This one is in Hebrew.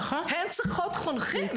הן צריכות חונכים.